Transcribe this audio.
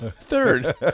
third